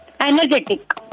Energetic